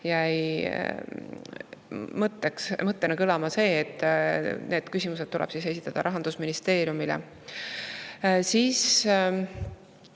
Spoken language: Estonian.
jäi mõttena kõlama see, et need küsimused tuleb esitada Rahandusministeeriumile. Kõlas